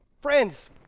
Friends